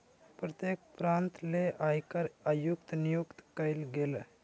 प्रत्येक प्रांत ले आयकर आयुक्त नियुक्त कइल गेलय